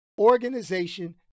organization